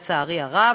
לצערי הרב,